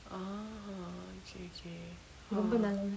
ah ookay ookay oh